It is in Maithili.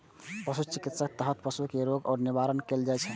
पशु चिकित्साक तहत पशु कें रोग सं निवारण कैल जाइ छै